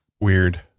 weird